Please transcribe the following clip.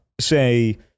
say